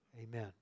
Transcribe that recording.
amen